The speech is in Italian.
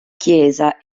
chiesa